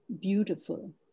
beautiful